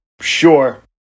Sure